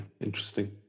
Interesting